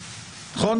נכון?